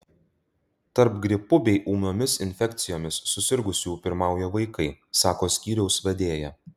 tarp gripu bei ūmiomis infekcijomis susirgusiųjų pirmauja vaikai sako skyriaus vedėja